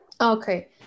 Okay